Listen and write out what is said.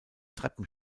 treppen